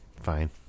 fine